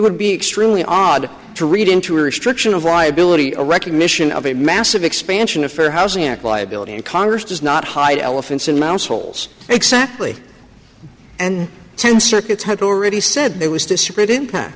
would be extremely odd to read into a restriction of viability or recognition of a massive expansion of fair housing act liability and congress does not hide elephants in mouse holes exactly and ten circuits had already said there was this